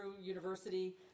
University